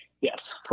Yes